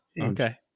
okay